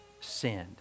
sinned